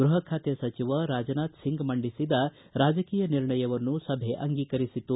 ಗೃಹ ಖಾತೆ ಸಚಿವ ರಾಜನಾಥ್ಸಿಂಗ್ ಮಂಡಿಸಿದ ರಾಜಕೀಯ ನಿರ್ಣಯವನ್ನು ಸಭೆ ಅಂಗೀಕರಿಸಿತು